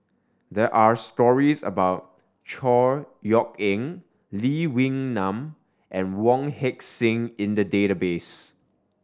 there are stories about Chor Yeok Eng Lee Wee Nam and Wong Heck Sing in the database